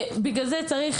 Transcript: בשביל צריך